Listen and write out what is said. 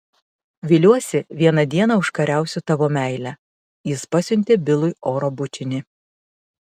viliuosi vieną dieną užkariausiu tavo meilę jis pasiuntė bilui oro bučinį